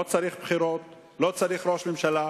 לא צריכים בחירות ולא צריך ראש ממשלה,